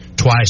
Twice